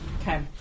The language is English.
Okay